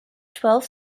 twelve